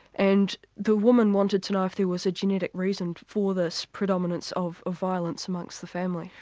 and the woman wanted to know if there was a genetic reason for this predominance of violence amongst the family.